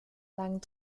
lang